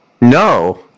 no